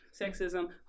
Sexism